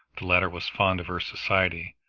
the latter was fond of her society,